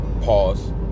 Pause